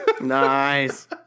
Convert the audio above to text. Nice